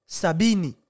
sabini